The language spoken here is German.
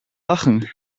lachen